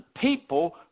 people